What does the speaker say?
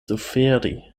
suferi